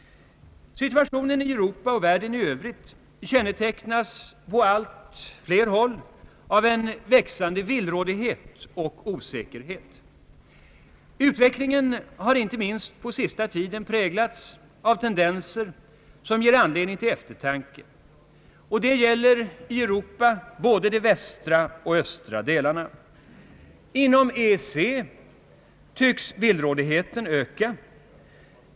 Situationen i Europa och världen i övrigt kännetecknas på allt fler håll av en växande villrådighet och osäkerhet. Utvecklingen har inte minst på senaste tiden präglats av tendenser som ger anledning till eftertanke; detta gäller i Europa både de västra och de östra delarna. Inom EEC tycks villrådigheten öka.